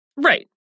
Right